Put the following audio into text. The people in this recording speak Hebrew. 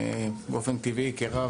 באופן טבעי כרב,